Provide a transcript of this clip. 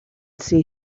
see